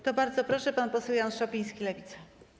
To bardzo proszę, pan poseł Jan Szopiński, Lewica.